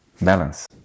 balance